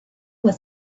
was